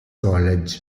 college